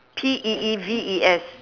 P E E V E S